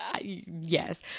Yes